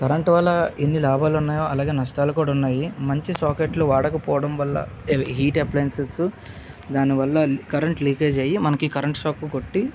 current వల్ల ఎన్ని లాభాలున్నాయో అలాగే నష్టాలు కూడా ఉన్నాయి మంచి షాకెట్లు వాడకపోవడం వల్ల హీట్ అప్ప్లైన్సెస్ చేస్తూ దాని వల్ల కరెంట్ లీకేజ్ అయ్యి మనకి కరెంట్ షాక్ కొట్టి